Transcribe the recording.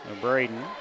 Braden